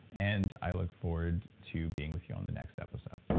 and i look forward to being with you on the next episode